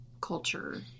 culture